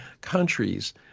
countries